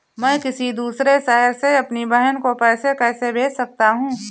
मैं किसी दूसरे शहर से अपनी बहन को पैसे कैसे भेज सकता हूँ?